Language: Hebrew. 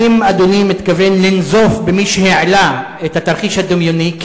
האם אדוני מתכוון לנזוף במי שהעלה את התרחיש הדמיוני?